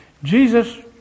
Jesus